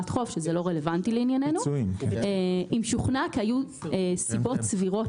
חוב מה שלא רלוונטי לענייננו אם שוכנע כי היו סיבות סבירות